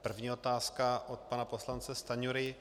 První otázka od pana poslance Stanjury.